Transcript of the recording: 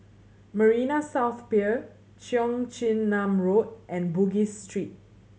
Marina South Pier Cheong Chin Nam Road and Bugis Street